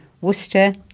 Worcester